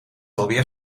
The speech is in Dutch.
alweer